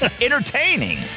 Entertaining